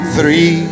Three